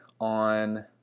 on